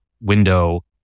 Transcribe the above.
window